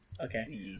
okay